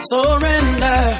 Surrender